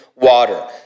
Water